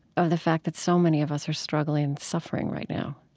of the fact that so many of us are struggling and suffering right now